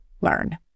learn